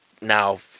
now